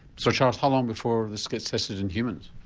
so charles, how long before this gets tested in humans?